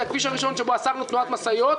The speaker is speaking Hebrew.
בנוגע לשיפוצן של תחנות משטרה,